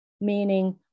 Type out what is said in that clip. Meaning